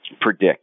predict